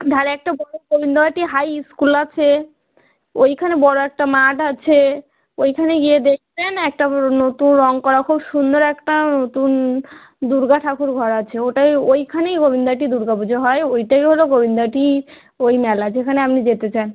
ধারে একটা বড় গোবিন্দবাটি হাই ইস্কুল আছে ওইখানে বড় একটা মাঠ আছে ওইখানে গিয়ে দেখবেন একটা পুরো নতুন রঙ করা খুব সুন্দর একটা নতুন দুর্গা ঠাকুর ঘর আছে ওটাই ওইখানেই গোবিন্দবাটি দুর্গা পুজো হয় ওইটাই হলো গোবিন্দবাটি ওই মেলা যেখানে আপনি যেতে চান